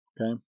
Okay